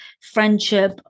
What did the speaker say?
friendship